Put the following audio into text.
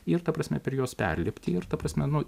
ir ta prasme per juos perlipti ir ta prasme nu